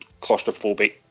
claustrophobic